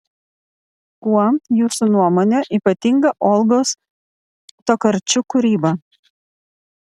kuo jūsų nuomone ypatinga olgos tokarčuk kūryba